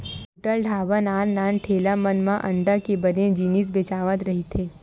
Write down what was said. hotel, dhaba, नान नान ठेला मन म अंडा के बने जिनिस बेचावत रहिथे